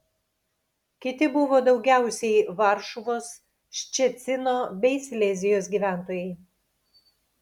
kiti buvo daugiausiai varšuvos ščecino bei silezijos gyventojai